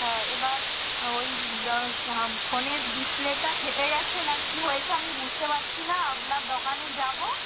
হ্যাঁ এবার ওই ফোনের ডিসপ্লেটা ফেটে গেছে না কী হয়েছে আমি বুঝতে পারছি না আপনার দোকানে যাবো